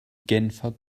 genfer